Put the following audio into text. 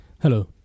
Hello